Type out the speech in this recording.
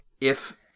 If-